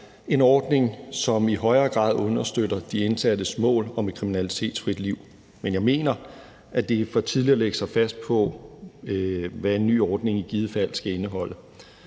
en ordning, som i højere grad understøtter de indsattes mål om et kriminalitetsfrit liv. Men jeg mener, at det er for tidligt at lægge sig fast på, hvad en ny ordning i givet fald skal indeholde.